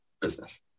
business